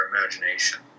imagination